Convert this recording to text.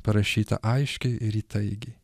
parašyta aiškiai ir įtaigiai